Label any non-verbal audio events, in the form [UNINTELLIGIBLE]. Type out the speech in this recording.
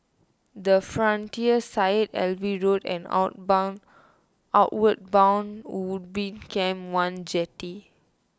the Frontier Syed Alwi Road and [UNINTELLIGIBLE] Outward Bound Ubin Camp one Jetty